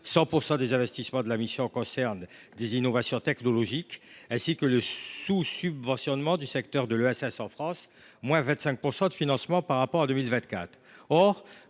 100 % des investissements de la mission concernent des innovations technologiques –, ainsi que le sous subventionnement du secteur de l’ESS en France – une baisse de 25 % des financements est prévue par rapport à 2024.